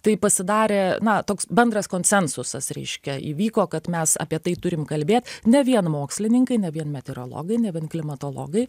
tai pasidarė na toks bendras konsensusas reiškia įvyko kad mes apie tai turim kalbėt ne vien mokslininkai ne vien meteorologai ne vien klimatologai